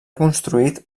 construït